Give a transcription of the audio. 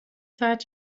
ساعت